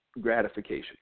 gratification